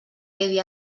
quedi